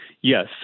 Yes